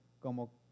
como